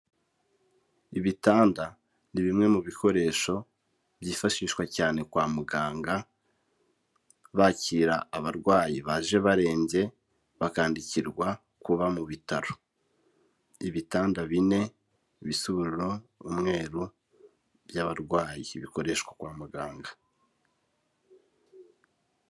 Ibitanda ni bimwe mu bikoresho byifashishwa cyane kwa muganga bakira abarwayi baje barembye bakandikirwa kuba mu bitaro. Ibitanda bine bisa ubururu, umweru by'abarwayi bikoreshwa kwa muganga.